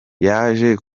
yaje